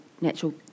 natural